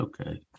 okay